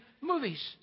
movies